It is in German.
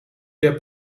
der